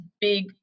big